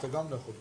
אתה גם לא יכול.